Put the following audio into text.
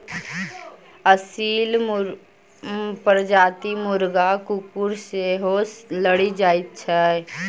असील प्रजातिक मुर्गा कुकुर सॅ सेहो लड़ि जाइत छै